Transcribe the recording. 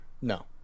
No